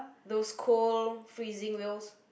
those cold freezing whales